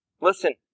Listen